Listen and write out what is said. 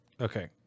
Okay